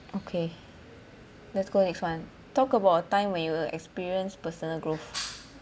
okay let's go next one talk about a time when you were experience personal growth